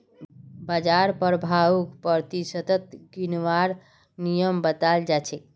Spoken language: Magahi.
बाजार प्रभाउक प्रतिशतत गिनवार नियम बताल जा छेक